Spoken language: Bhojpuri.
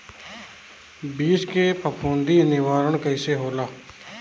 बीज के फफूंदी निवारण कईसे होला?